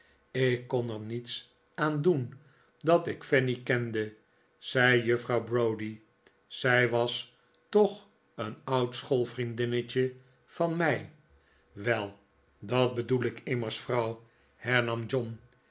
ik kon er niets aan doen dat ik fanny kende zei juffrouw browdie zij was toch een oud schoolvriendinnetje van mij wel dat bedoel ik immers vrouw hernam john